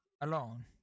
alone